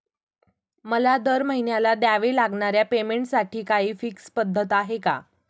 मला दरमहिन्याला द्यावे लागणाऱ्या पेमेंटसाठी काही फिक्स पद्धत आहे का?